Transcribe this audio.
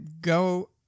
go